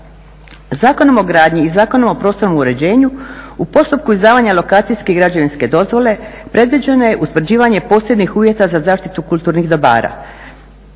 Zakonom o gradnji i Zakonom o prostornom uređenju u postupku izdavanja lokacijske i građevinske dozvole predviđeno je utvrđivanje posebnih uvjeta za zaštitu kulturnih dobara,